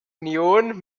union